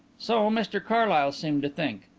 so mr carlyle seemed to think.